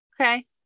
okay